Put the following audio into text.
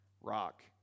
Rock